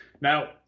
Now